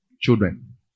children